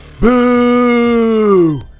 Boo